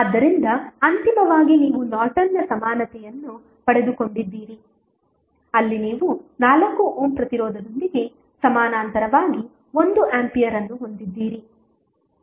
ಆದ್ದರಿಂದ ಅಂತಿಮವಾಗಿ ನೀವು ನಾರ್ಟನ್ನ ಸಮಾನತೆಯನ್ನು ಪಡೆದುಕೊಂಡಿದ್ದೀರಿ ಅಲ್ಲಿ ನೀವು 4 ಓಮ್ ಪ್ರತಿರೋಧದೊಂದಿಗೆ ಸಮಾನಾಂತರವಾಗಿ 1 ಆಂಪಿಯರ್ ಅನ್ನು ಹೊಂದಿದ್ದೀರಿ